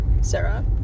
Sarah